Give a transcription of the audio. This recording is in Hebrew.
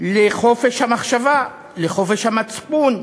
לחופש המחשבה, לחופש המצפון,